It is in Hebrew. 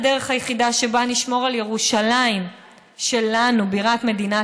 הדרך היחידה שבה נשמור על ירושלים שלנו בירת מדינת